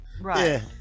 Right